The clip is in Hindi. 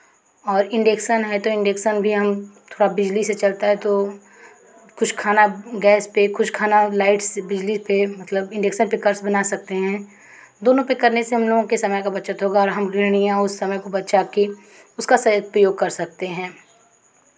और इंडक्सन है तो इंडक्सन भी हम थोड़ा बिजली से चलता है तो कुछ खाना गैस पे कुछ खाना लाइट से बिजली पे मतलब इंडक्सन पे बना सकते हैं दोनों पे करने से हम लोगों के समय का बचत होगा और हम गृहणियाँ उस समय को बचा के उसका सही उपयोग कर सकते हैं